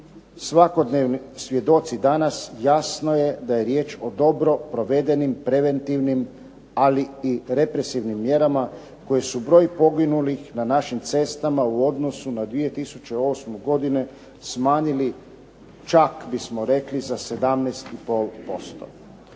svakodnevni svjedoci danas, jasno je da je riječ o dobro provedenim preventivnim, ali i represivnim mjerama koje su broj poginulih na našim cestama u odnosu na 2008. godinu smanjili čak bismo rekli za 17,5%.